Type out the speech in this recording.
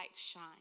shine